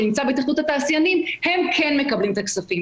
שנמצא בהתאחדות התעשיינים הם כן מקבלים את הכספים.